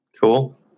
Cool